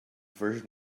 version